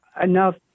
enough